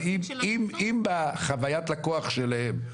אבל אם בחוויית לקוח שלהם,